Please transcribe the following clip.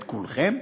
את כולכם?